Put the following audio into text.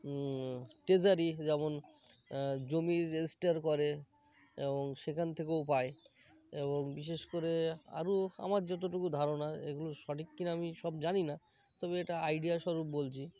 treasury যেমন জমি register করে এবং সেখান থেকেও পায় এবং বিশেষ করে আরও আমার যতটুকু ধারণা এগুলো সঠিক কিনা আমি সব জানি না তবে এটা আইডিয়া স্বরূপ বলছি